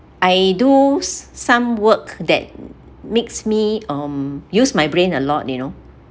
I do some work that makes me um use my brain a lot you know